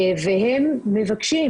והם מבקשים,